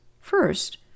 First